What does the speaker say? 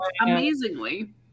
amazingly